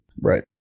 Right